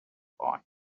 boy